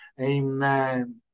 Amen